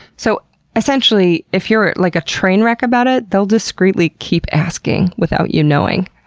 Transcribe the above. so essentially, if you're like a train wreck about it, they'll discretely keep asking without you knowing.